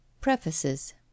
Prefaces